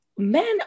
men